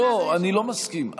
לא, אני לא מסכים.